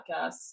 podcasts